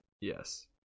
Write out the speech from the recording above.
yes